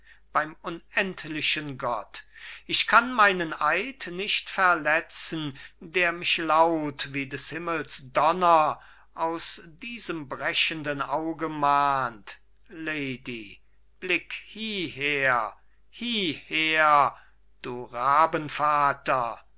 beim unendlichen gott ich kann meinen eid nicht verletzen der mich laut wie des himmels donner aus diesem brechenden auge mahnt lady blick hieher hieher du